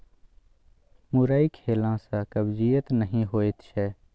मुरइ खेला सँ कब्जियत नहि होएत छै